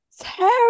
terrible